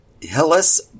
Hillis